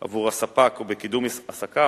עבור הספק ובקידום עסקיו,